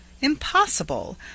Impossible